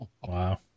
Wow